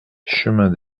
chemin